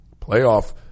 playoff